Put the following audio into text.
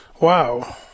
Wow